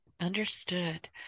Understood